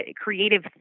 creative